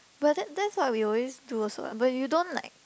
but that's that's what we always do also what but you don't like